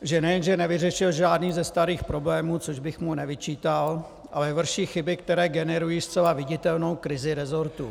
Že nejenže nevyřešil žádný ze starých problémů, což bych mu nevyčítal, ale vrší chyby, které generují zcela viditelnou krizi resortu.